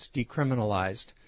decriminalized